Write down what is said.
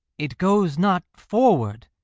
it goes not forward,